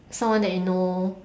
someone that you know